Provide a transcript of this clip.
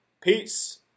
Peace